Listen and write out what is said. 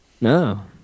No